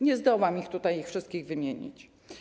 Nie zdołam ich tutaj wszystkich wymienić.